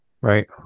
Right